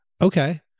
Okay